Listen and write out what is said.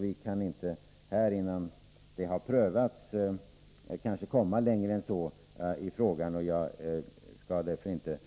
Vi kan kanske inte komma längre än så, innan frågan har prövats. Jag skall därför inte